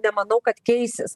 nemanau kad keisis